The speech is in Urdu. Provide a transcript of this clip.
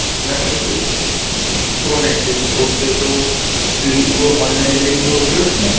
میم اِس پہ فون آنٹی جی اوکے تو وہ آن لائن ڈلیوری ہوتی ہے اُس کی